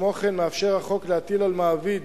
כמו כן, החוק מאפשר להטיל על המעביד